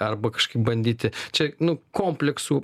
arba kažkaip bandyti čia nu kompleksų